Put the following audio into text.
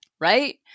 Right